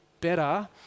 better